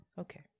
okay